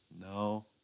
No